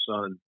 son